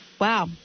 Wow